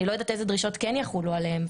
לא יודעת אילו דרישות כן יחולו עליהן,